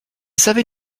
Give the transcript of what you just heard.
savait